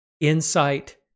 insight